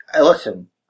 Listen